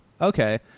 okay